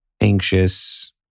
anxious